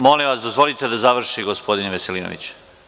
Molim vas, dozvolite da završi gospodin Veselinović.